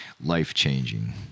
Life-changing